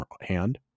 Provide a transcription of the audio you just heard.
hand